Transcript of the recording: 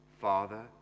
Father